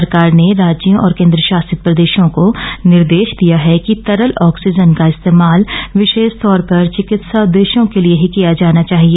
सरकार ने राज्यों और केन्द्र शासित प्रदेशों को निर्देश दिया है कि तरल ऑक्सीजन का इस्तेमाल विशेष तौर पर चिकित्सा उद्देश्यों के लिए ही किया जाना चाहिए